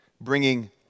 bringing